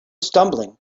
stumbling